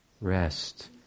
rest